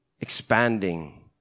expanding